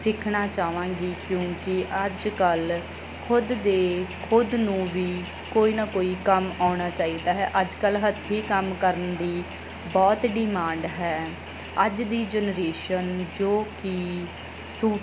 ਸਿੱਖਣਾ ਚਾਹਾਂਗੀ ਕਿਉਂਕਿ ਅੱਜ ਕੱਲ੍ਹ ਖੁਦ ਦੇ ਖੁਦ ਨੂੰ ਵੀ ਕੋਈ ਨਾ ਕੋਈ ਕੰਮ ਆਉਣਾ ਚਾਹੀਦਾ ਹੈ ਅੱਜ ਕੱਲ੍ਹ ਹੱਥੀਂ ਕੰਮ ਕਰਨ ਦੀ ਬਹੁਤ ਡਿਮਾਂਡ ਹੈ ਅੱਜ ਦੀ ਜਨਰੇਸ਼ਨ ਜੋ ਕਿ ਸੂ